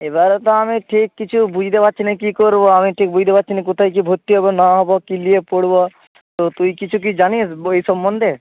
এবারও তো আমি ঠিক কিছু বুঝতে পারছি না কি করব আমি ঠিক বুঝতে পারছি না কোথায় কি ভর্তি হব না হব কি নিয়ে পড়ব তো তুই কিছু কি জানিস বই সম্বন্ধে